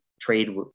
trade